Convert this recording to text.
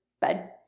bed